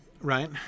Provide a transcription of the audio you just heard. Right